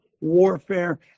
warfare